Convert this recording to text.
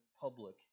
public